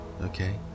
okay